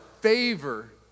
favor